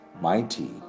mighty